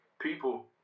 people